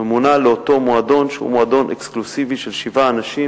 והוא מונה לאותו מועדון שהוא מועדון אקסקלוסיבי של שבעה אנשים